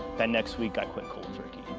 that next week i quit cold turkey.